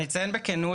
אציין בכנות